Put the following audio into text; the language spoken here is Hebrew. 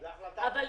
זו החלטת ממשלה.